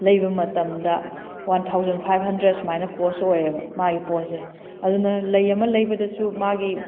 ꯂꯩꯕ ꯃꯇꯝꯗ one thousand five hundred ꯁꯨꯃꯥꯏꯅ ꯀꯣꯁ ꯑꯣꯏꯌꯦꯕ ꯃꯥꯏ ꯄꯣꯠꯁꯦ ꯑꯗꯨꯅ ꯂꯩ ꯑꯃ ꯂꯩꯕꯗꯁꯨ ꯃꯥꯒꯤ